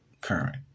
current